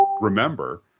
remember